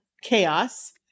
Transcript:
chaos